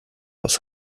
aus